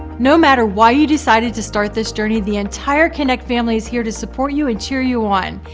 no matter why you decided to start this journey the entire connect family is here to support you and cheer you on.